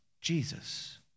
Jesus